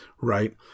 Right